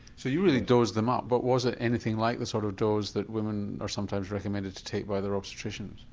so you really dosed them up but was it anything like the sort of dose that women are sometimes recommended to take by their obstetrician?